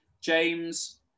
James